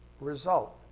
result